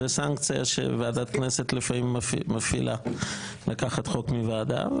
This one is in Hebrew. זאת סנקציה שוועדת כנסת לפעמים מפעילה ולוקחת חוק מוועדה.